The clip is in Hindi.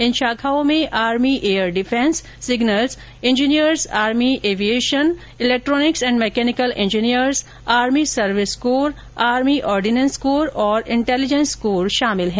इन शाखाओं में army air defence signals engineers army aviation electronics and mechanical engineers army service corps army ordnance corps और इंटेलिजेंस कोर शामिल हैं